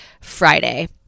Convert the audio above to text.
Friday